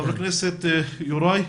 חבר הכנסת יוראי.